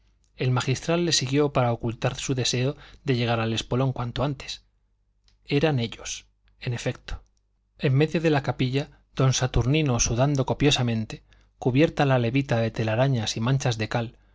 el magistral le siguió para ocultar su deseo de llegar al espolón cuanto antes eran ellos en efecto en medio de la capilla don saturnino sudando copiosamente cubierta la levita de telarañas y manchas de cal